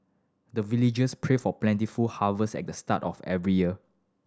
the villagers pray for plentiful harvest at the start of every year